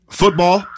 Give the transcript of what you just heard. football